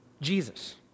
Jesus